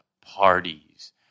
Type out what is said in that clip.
parties